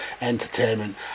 entertainment